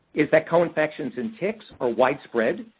is that coinfections in ticks are widespread.